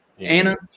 Anna